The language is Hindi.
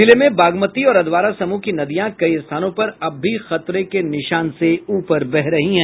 जिले में बागमती और अधवारा समूह की नदियां कई स्थानों पर अब भी खतरे के निशान से ऊपर बह रही हैं